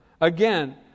again